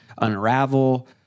unravel